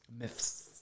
myths